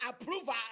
approval